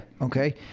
Okay